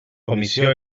comissió